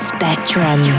Spectrum